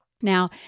Now